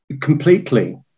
Completely